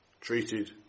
treated